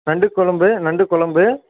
நண்டு குழம்பு நண்டு குழம்பு